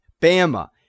Bama